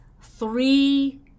three